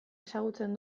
ezagutzen